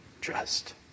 trust